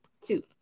two